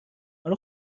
حالا